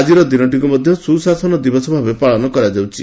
ଆକ୍ଟିର ଦିନଟିକୁ ମଧ୍ୟ 'ସୁଶାସନ ଦିବସ' ଭାବେ ପାଳନ କରାଯାଉଛି